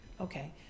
Okay